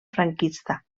franquista